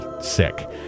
sick